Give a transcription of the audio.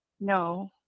No